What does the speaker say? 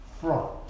front